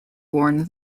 born